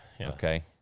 Okay